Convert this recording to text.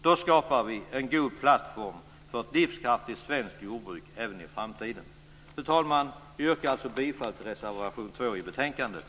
Då skapar vi en god plattform för ett livskraftigt svenskt jordbruk även i framtiden. Fru talman! Jag yrkar bifall till reservation 2 vid betänkandet.